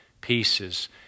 pieces